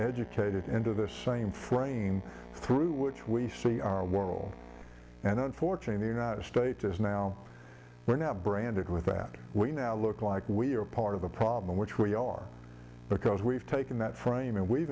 educated into the same frame through which we see our world and unfortunately united states is now we're now branded with that we now look like we're part of the problem which we are because we've taken that frame and we've